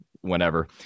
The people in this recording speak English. whenever